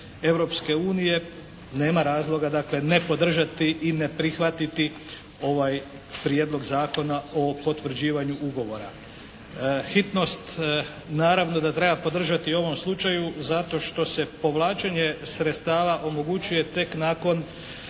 Europske unije nema razloga dakle ne podržati i ne prihvatiti ovaj Prijedlog Zakona o potvrđivanju ugovora. Hitnost naravno da treba podržati u ovom slučaju zato što se povlačenje sredstava omogućuje tek nakon